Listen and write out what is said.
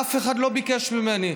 אף אחד לא ביקש ממני.